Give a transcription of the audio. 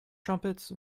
trumpets